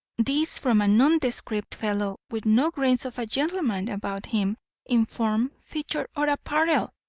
this from a nondescript fellow with no grains of a gentleman about him in form, feature, or apparel!